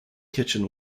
kitchen